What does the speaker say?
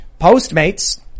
postmates